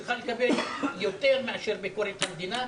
צריכה לקבל יותר מאשר ביקורת המדינה,